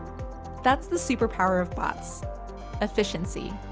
that's the superpower of bots efficiency.